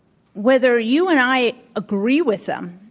whether you and i agree with them